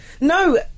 No